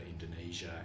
Indonesia